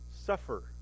suffer